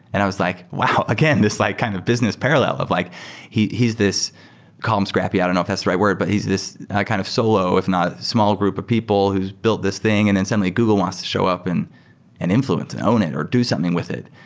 and i was like, wow! again, this like kind of business parallel of like he's he's this calm, scrappy. i don't know if that's the right word. but he's this kind of solo, if not, small group of people whose build this thing and then suddenly google wants to show up and and infl uence and own it or do something with it,